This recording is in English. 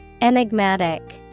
Enigmatic